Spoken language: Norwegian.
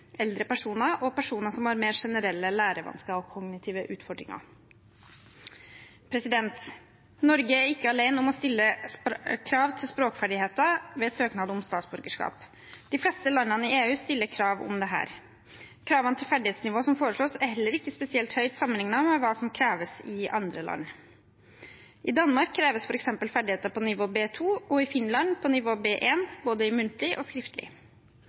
eldre personer og personer som har mer generelle lærevansker og kognitive utfordringer. Norge er ikke alene om å stille krav til språkferdigheter ved søknad om statsborgerskap. De fleste landene i EU stiller krav om dette. Kravene til ferdighetsnivå som foreslås, er heller ikke spesielt høye sammenliknet med hva som kreves i andre land. I Danmark kreves f.eks. ferdigheter på nivå B2, og i Finland på nivå B1 både muntlig og skriftlig.